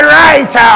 right